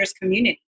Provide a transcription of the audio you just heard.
community